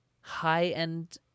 high-end